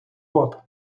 рот